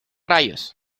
rayos